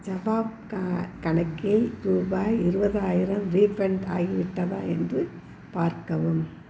ஜபாப் க கணக்கில் ரூபாய் இருபதாயிரம் ரீஃபண்ட் ஆகிவிட்டதா என்று பார்க்கவும்